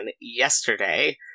yesterday